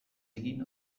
egin